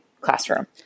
classroom